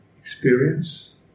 experience